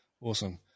Awesome